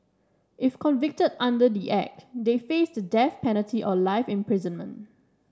if convicted under the Act they face the death penalty or life imprisonment